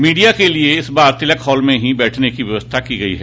media के लिये इस बार तिलक हाल में ही बैठने की व्यवस्था की गई है